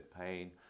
pain